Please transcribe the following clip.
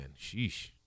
sheesh